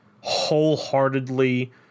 wholeheartedly